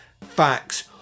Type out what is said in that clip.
facts